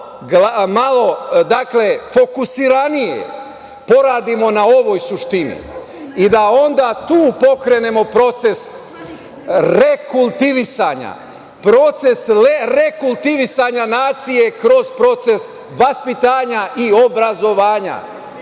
da malo fokusiranije poradimo na ovoj suštini i da onda tu pokrenemo proces rekultivisanja, proces rekultivisanja nacije kroz proces vaspitanja i obrazovanja.